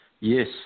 Yes